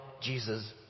Jesus